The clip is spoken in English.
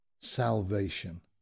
salvation